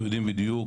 אנחנו יודעים בדיוק.